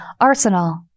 Arsenal